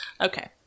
Okay